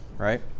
right